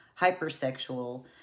hypersexual